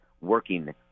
working